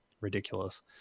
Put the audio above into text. ridiculous